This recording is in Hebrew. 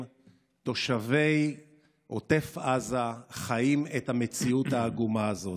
תושבי עוטף עזה חיים את המציאות העגומה הזאת.